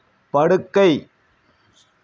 படுக்கை